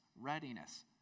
readiness